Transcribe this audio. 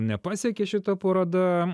nepasekė šita paroda